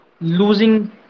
losing